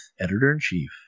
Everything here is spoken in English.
Editor-in-Chief